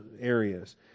areas